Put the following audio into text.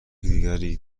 دیگری